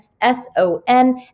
S-o-n